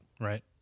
right